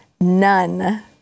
none